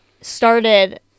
started